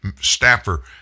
staffer